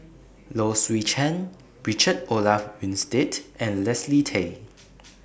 Low Swee Chen Richard Olaf Winstedt and Leslie Tay